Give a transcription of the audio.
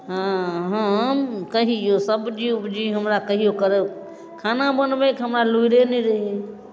हँ हम कहिओ सब्जी उब्जी हमरा कहिओ करय खाना बनबयके हमरा लुरिए नहि रहय